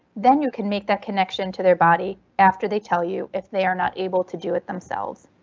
then you can make that connection to their body after they tell you if they are not able to do it themselves.